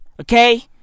okay